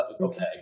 Okay